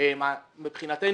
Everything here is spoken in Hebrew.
אבל את זה אני רוצה